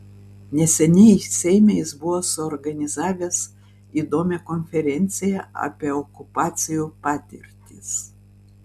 neseniai seime jis buvo suorganizavęs įdomią konferenciją apie okupacijų patirtis